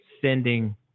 sending